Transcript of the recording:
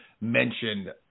mentioned